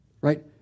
Right